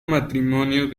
matrimonio